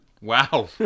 Wow